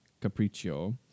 Capriccio